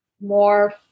more